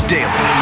daily